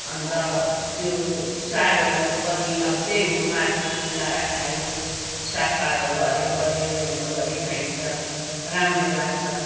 अन्त त्यो सागहरू पनि अब त्यही हो मासुमा मिलाएर खायो सागपातहरू हरियो परियो हिउँदोभरि खाइन्छ राम्रो लाग्छ